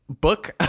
book